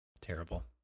Terrible